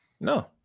No